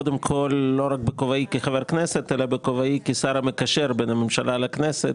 כאן לא רק בכובעי כחבר כנסת אלא בכובעי כשר המקשר בין הממשלה לכנסת.